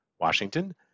Washington